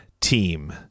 team